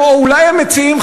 או אולי המציעים,